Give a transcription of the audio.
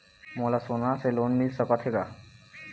मोला सोना से लोन मिल सकत हे का?